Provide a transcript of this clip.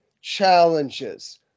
challenges